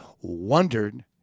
wondered